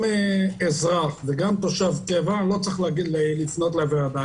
גם אזרח וגם תושב קבע, לא צריך לפנות לוועדה.